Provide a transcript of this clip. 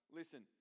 listen